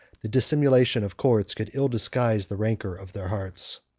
the dissimulation of courts could ill disguise the rancor of their hearts.